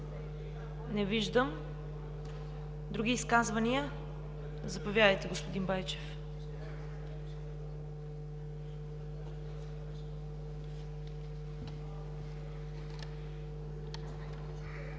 Не виждам. Други изказвания? Заповядайте, господин Байчев.